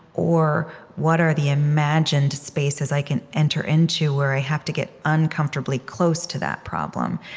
or what are the imagined spaces i can enter into where i have to get uncomfortably close to that problem?